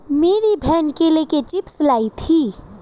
मेरी बहन केले के चिप्स लाई थी